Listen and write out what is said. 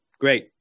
Great